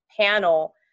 panel